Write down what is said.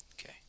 Okay